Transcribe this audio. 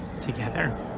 together